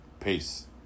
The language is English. Peace